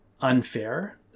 unfair